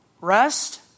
Rest